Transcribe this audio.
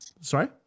Sorry